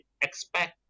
expect